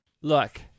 Look